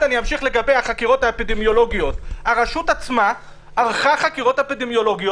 אנחנו משתדלים לבחון את הנתונים האלה היטב לפני שאנחנו מגיעים.